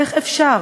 איך אפשר?